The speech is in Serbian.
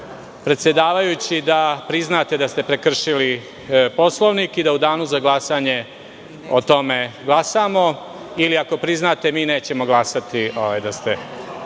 predsedavajući, da priznate da ste prekršili Poslovnik i da u danu za glasanje o tome glasamo ili, ako priznate, mi nećemo glasati da ste